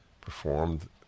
performed